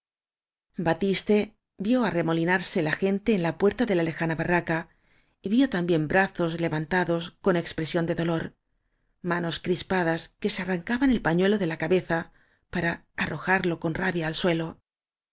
batiste vió arremolinarse la órente en la o puerta de la lejana barraca y vió también bra zos levantados con expresión de dolor manos crispadas que se arrancaban el pañuelo de la cabeza para arrojarlo con rabia al suelo